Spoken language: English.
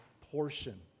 portion